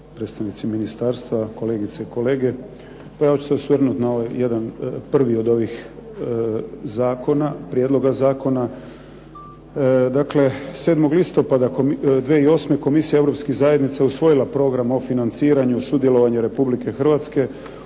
predstavnici ministarstva, kolegice i kolege. Pa ja ću se osvrnuti na ovaj jedan prvi od ovih zakona, prijedloga zakona. Dakle, 7. listopada 2008. Komisija Europskih zajednica je usvojila Program o financiranju i sudjelovanju Republike Hrvatske